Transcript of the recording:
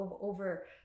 over